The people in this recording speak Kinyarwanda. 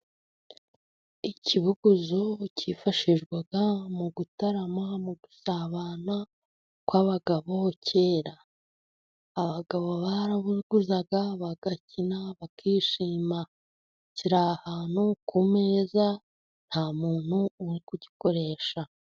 Ikibuguzo cyifashishwaga mu gutarama, mu gusabana kw'abagabo. kera abagabo barabuguzaga bagakina bakishima. Kiri ahantu ku meza nta muntu uri kugikoresha.